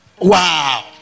Wow